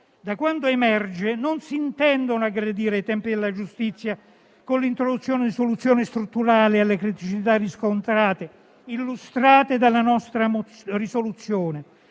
Da quanto emerge, non si intendono aggredire i tempi della giustizia con l'introduzione di soluzioni strutturali alle criticità riscontrate, illustrate dalla nostra risoluzione.